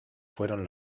fueron